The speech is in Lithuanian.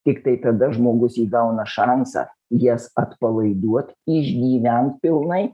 tiktai tada žmogus įgauna šansą jas atpalaiduot išgyvent pilnai